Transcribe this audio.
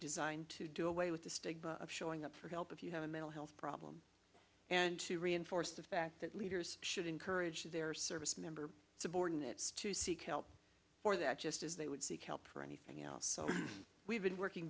designed to do away with the stigma of showing up for help if you have a mental health problem and to reinforce the fact that leaders should encourage their service member subordinates to seek help for that just as they would seek help for anything else so we've been working